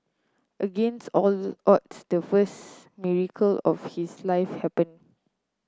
against all odds the first miracle of his life happened